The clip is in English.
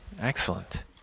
excellent